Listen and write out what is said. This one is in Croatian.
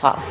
Hvala.